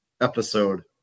episode